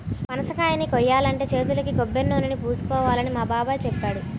పనసకాయని కోయాలంటే చేతులకు కొబ్బరినూనెని పూసుకోవాలని మా బాబాయ్ చెప్పాడు